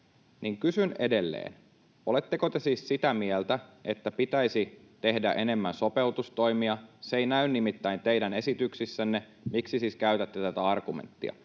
kysyn edelleen, oletteko te siis sitä mieltä, että pitäisi tehdä enemmän sopeutustoimia. Se ei näy nimittäin teidän esityksissänne, miksi siis käytätte tätä argumenttia?